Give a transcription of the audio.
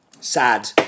Sad